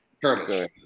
Curtis